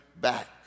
back